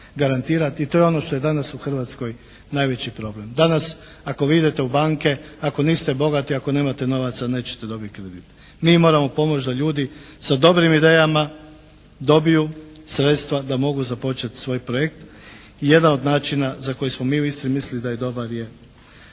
i to je ono što je danas u Hrvatskoj najveći problem. Danas, ako vi idete u banke, ako niste bogati, ako nemate novaca nećete dobiti kredit. Mi moramo pomoći da ljudi sa dobrim idejama dobiju sredstva da mogu započeti svoj projekt, jedan od načina za koji smo mi u Istri mislili da je dobar je